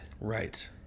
Right